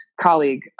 colleague